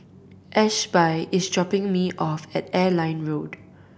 Ashby is dropping me off at Airline Road